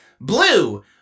blue